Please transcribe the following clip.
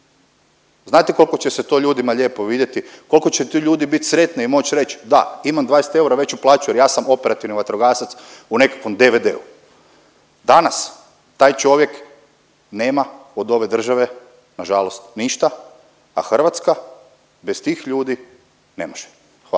Znate kolko će se to ljudima lijepo vidjeti, kolko će ti ljudi bit sretni i moć reć, da imam 20 eura veću plaću jer ja sam operativni vatrogasac u nekakvom DVD-u. Danas taj čovjek nema od ove države nažalost ništa, a Hrvatska bez tih ljudi ne može. Hvala.